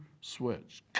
switch